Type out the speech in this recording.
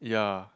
ya